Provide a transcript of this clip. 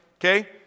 okay